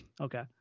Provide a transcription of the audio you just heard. Okay